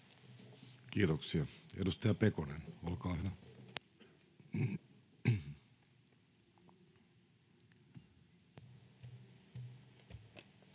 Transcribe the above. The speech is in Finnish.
Kiitoksia. — Edustaja Pekonen, olkaa hyvä.